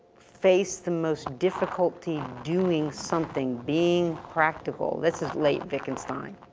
face the most difficulty doing something, being practical. this is late wittgenstein,